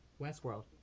Westworld